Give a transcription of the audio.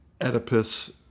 Oedipus